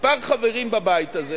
כמה חברים בבית הזה